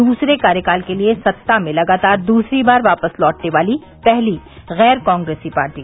दूसरे कार्यकाल के लिए सत्ता में लगातार दूसरी बार वापस लौटने वाली पहली गैर कांग्रेसी पार्टी